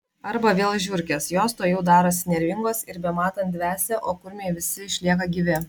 arba vėl žiurkės jos tuojau darosi nervingos ir bematant dvesia o kurmiai visi išlieka gyvi